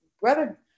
brother